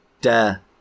Dare